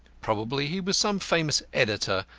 probably he was some famous editor,